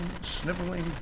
sniveling